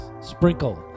Sprinkle